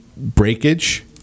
Breakage